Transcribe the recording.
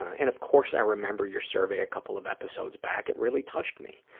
and of course, i remember your survey a couple of episodes back. it really touched me.